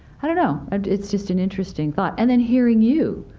i don't know. and it's just an interesting thought. and then hearing you,